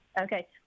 Okay